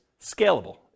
scalable